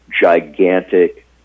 gigantic